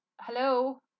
hello